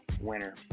winner